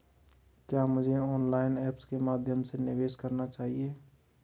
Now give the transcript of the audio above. क्या मुझे online apps के माध्यम से निवेश करना चाहिए?